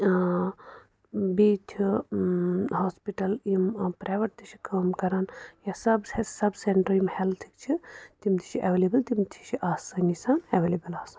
بیٚیہِ چِھ ہاسپِٹَل یِم پَرٛیویٹ تہِ چھِ کٲم کَران یا سَب سَب سینٛٹَر یِم ہیلتھٕکۍ چھِ تِم تہِ چھِ ایٚولیبُل تِم تہِ چھِ آسٲنی سان ایٚولیبُل آسان